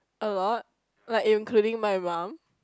a lot like including my mum